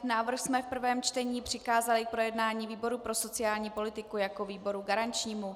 Návrh jsme v prvém čtení přikázali k projednání výboru pro sociální politiku jako výboru garančnímu.